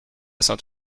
saint